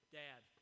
dad